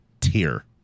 tier